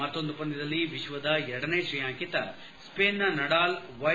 ಮತ್ತೊಂದು ಪಂದ್ದದಲ್ಲಿ ವಿಶ್ವದ ಎರಡನೇ ತ್ರೇಯಾಂಕಿತ ಸ್ಪೇನ್ನ ನಡಾಲ್ ವ್ಯೆ